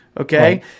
Okay